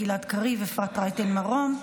גלעד קריב ואפרת רייטן מרום.